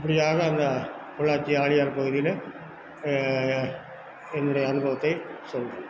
அப்படியாக அந்த பொள்ளாச்சி ஆழியார் பகுதியில் என்னுடைய அனுபவத்தை சொல்கிறேன்